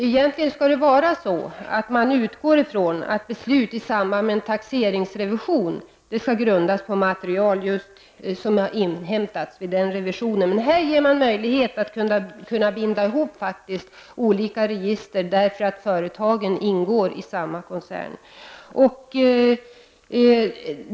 Egentligen skall man kunna utgå från att beslut i samband med en taxeringsrevision grundas på material som har inhämtats vid just den revisionen, men här ger man möjlighet att binda ihop olika register, därför att företagen ingår i samma koncern.